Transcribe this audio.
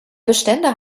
bestände